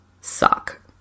suck